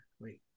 wait